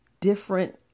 different